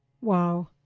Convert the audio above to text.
Wow